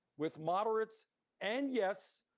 with moderates and yes,